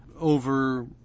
over